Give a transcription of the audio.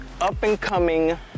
up-and-coming